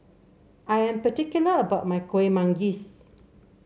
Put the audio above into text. I am particular about my Kueh Manggis